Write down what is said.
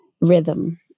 rhythm